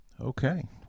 Okay